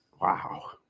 Wow